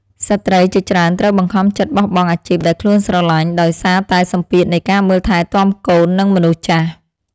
ស្ត្រីជាច្រើនត្រូវបង្ខំចិត្តបោះបង់អាជីពដែលខ្លួនស្រឡាញ់ដោយសារតែសម្ពាធនៃការមើលថែទាំកូននិងមនុស្សចាស់។